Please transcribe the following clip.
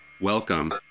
Welcome